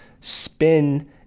spin